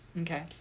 okay